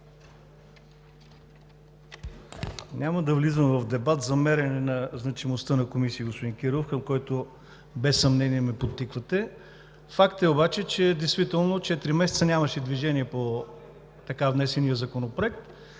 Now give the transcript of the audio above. Няма да влизам в дебат за мерене на значимостта на Комисията, господин Кирилов, към който без съмнение ме подтиквате. Факт е обаче, че действително четири месеца нямаше движение по така внесения законопроект.